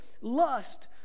lust